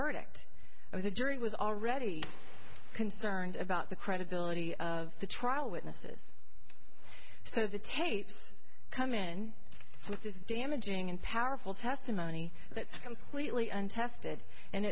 verdict and the jury was already concerned about the credibility of the trial witnesses so the tapes come in with this damaging and powerful testimony that's completely untested and